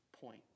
point